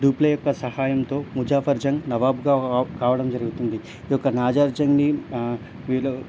Dupleix యొక్క సహాయంతో ముజాఫర్ జంగ్ నవాబ్గా కావడం జరుగుతుంది ఈయొక్క నాజర్ జంగ్ని వీళ్ళు